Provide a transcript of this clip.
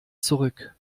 zurück